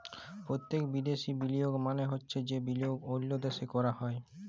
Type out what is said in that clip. পত্যক্ষ বিদ্যাশি বিলিয়গ মালে হছে যে বিলিয়গ অল্য দ্যাশে ক্যরা হ্যয়